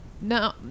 no